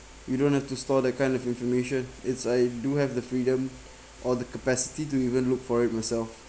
you don't have to store that kind of information it's I do have the freedom or the capacity to even look for it myself